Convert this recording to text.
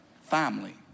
Family